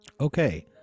okay